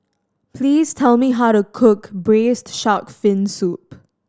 please tell me how to cook Braised Shark Fin Soup